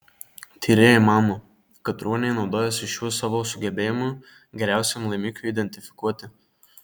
tyrėjai mano kad ruoniai naudojasi šiuo savo sugebėjimu geriausiam laimikiui identifikuoti